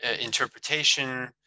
interpretation